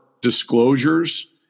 disclosures